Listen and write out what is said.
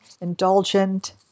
indulgent